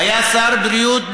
היה שר בריאות מצוין.